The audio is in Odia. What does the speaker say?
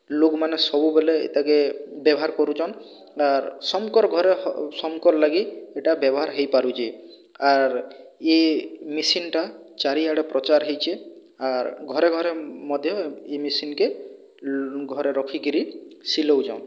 ଲୋକ୍ମାନେ ସବୁବେଲେ ଇତାକେ ବ୍ୟବହାର୍ କରୁଛନ୍ ଆର୍ ସମ୍କର୍ ଘରେ ସମ୍କର୍ ଲାଗି ଇଟା ବ୍ୟବହାର ହେଇପାରୁଛେ ଆର୍ ଇଏ ମେସିନ୍ଟା ଚାରିଆଡ଼େ ପ୍ରଚାର ହୋଇଛେ ଆର୍ ଘରେ ଘରେ ମଧ୍ୟ ଇଏ ମେସିନ୍କେ ଘରେ ରଖିକିରି ସିଲୋଉଚନ୍